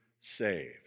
saved